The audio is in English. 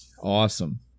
awesome